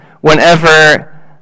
whenever